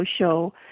show